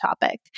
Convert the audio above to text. topic